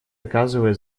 оказывает